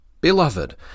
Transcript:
Beloved